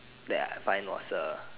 that I find was a